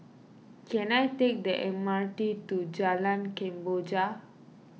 can I take the M R T to Jalan Kemboja